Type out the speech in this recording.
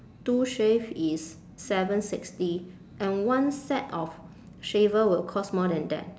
two shave is seven sixty and one set of shaver will cost more than that